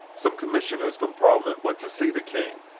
some commissioners from parliament went to see the king,